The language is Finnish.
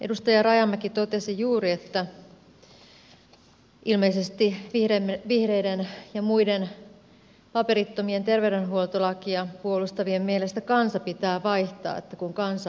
edustaja rajamäki totesi juuri että ilmeisesti vihreiden ja muiden paperittomien terveydenhuoltolakia puolustavien mielestä kansa pitää vaihtaa kun kansa on väärässä